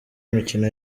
imikino